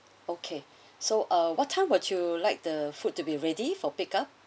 okay so uh what time would you like the food to be ready for pickup